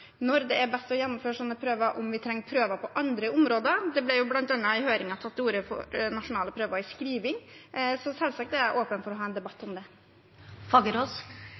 når det er best å gjennomføre slike prøver, og om vi trenger prøver på andre områder. Det ble i høringen bl.a. tatt til orde for nasjonale prøver i skriving. Så jeg er selvsagt åpen for å ha en debatt om